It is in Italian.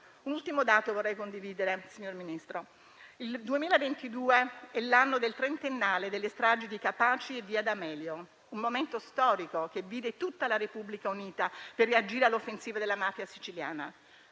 Un ultimo dato vorrei condividere, signor Ministro. Il 2022 è l'anno del trentennale delle stragi di Capaci e di via D'Amelio, un momento storico che vide tutta la Repubblica unita per reagire alle offensive della mafia siciliana.